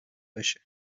باشه